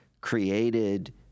created